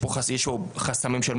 מה החסמים?